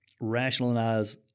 rationalize